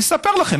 אני אספר לכם.